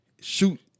shoot